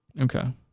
Okay